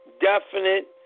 definite